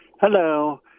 hello